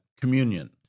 communion